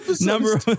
Number